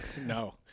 No